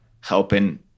helping